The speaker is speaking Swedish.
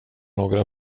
några